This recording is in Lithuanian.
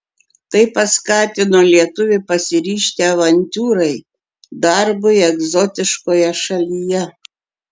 tai paskatino lietuvį pasiryžti avantiūrai darbui egzotiškoje šalyje